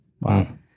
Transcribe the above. Wow